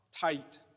tight